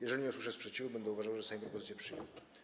Jeżeli nie usłyszę sprzeciwu, będę uważał, że Sejm propozycje przyjął.